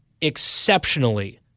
exceptionally